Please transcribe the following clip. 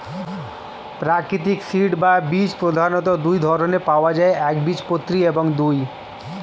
প্রাকৃতিক সিড বা বীজ প্রধানত দুই ধরনের পাওয়া যায় একবীজপত্রী এবং দুই